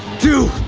two,